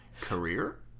career